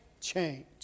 change